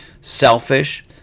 selfish